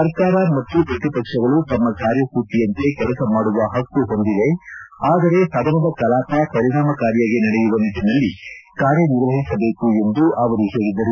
ಸರ್ಕಾರ ಮತ್ತು ಪ್ರತಿಪಕ್ಷಗಳು ತಮ್ಮ ಕಾರ್ಯಸೂಚಿಯಂತೆ ಕೆಲಸ ಮಾಡುವ ಪಕ್ಷು ಹೊಂದಿವೆ ಆದರೆ ಸದನದ ಕಲಾಪ ಪರಿಣಾಮಕಾರಿಯಾಗಿ ನಡೆಯುವ ನಿಟ್ಟಿನಲ್ಲಿ ಕಾರ್ಯನಿರ್ವಹಿಸಬೇಕು ಎಂದು ಅವರು ಹೇಳಿದರು